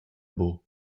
buc